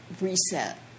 reset